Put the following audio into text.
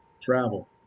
Travel